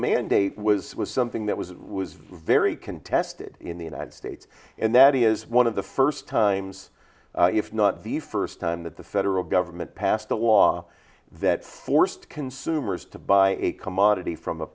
mandate was was something that was it was very contested in the united states and that is one of the first times if not the first time that the federal government passed a law that forced consumers to buy a commodity from a